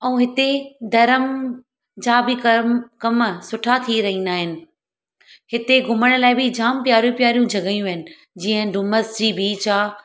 ऐं हिते धर्म जा बि कर्म कम सुठा थी रहंदा आहिनि हिते घुमण लाइ बि जामु प्यारियूं प्यारियूं जॻहियूं आहिनि जीअं डुमस जी बीच आहे